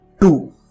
two